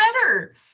better